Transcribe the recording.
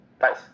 Nice